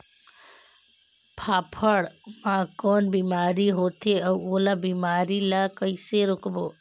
फाफण मा कौन बीमारी होथे अउ ओला बीमारी ला कइसे रोकबो?